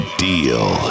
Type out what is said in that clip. deal